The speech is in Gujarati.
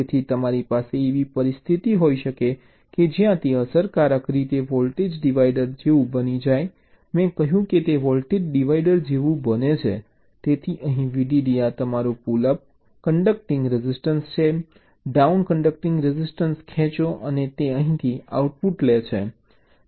તેથી તમારી પાસે એવી પરિસ્થિતિ હોઈ શકે કે જ્યાં તે અસરકારક રીતે વોલ્ટેજ ડિવાઇડર જેવું બની જાય મેં કહ્યું કે તે વોલ્ટેજ ડિવાઇડર જેવું બને છે તેથી અહીં VDD આ તમારું પુલ અપ કન્ડક્ટિંગ રઝિસ્ટન્સ છે ડાઉન કંડક્ટિંગ રઝિસ્ટન્સ ખેંચો અને તે અહીંથી આઉટપુટ લે છે